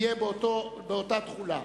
יהיה באותה תחילה.